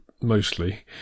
mostly